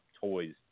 toys